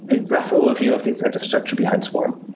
a rough overview of the incentive structure behind swarm.